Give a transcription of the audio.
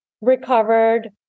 recovered